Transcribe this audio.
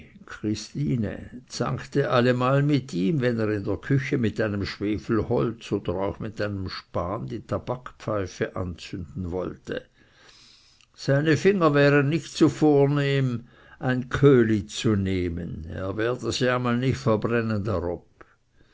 zankte allemal mit ihm wenn er in der küche mit einem schwefelholz oder auch mit einem span die tabakpfeife anzünden wollte seine finger wären nicht zu vornehm ein köhli zu nehmen er werde sie einmal nicht verbrennen darob